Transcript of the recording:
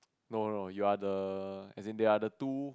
no no no you're the as in they are the two